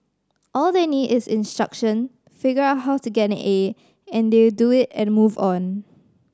all they need is instruction figure out how to get an A and they do it and move on